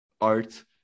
art